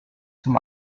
zum